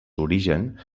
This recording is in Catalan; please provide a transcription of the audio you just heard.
origen